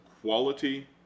quality –